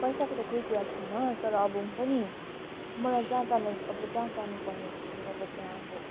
पौसाको त केही कुरा छैन तर अब हुन्छ नि मलाई जहाँ जानु अब जहाँ जानु पर्ने थियो अब त्यहाँ अब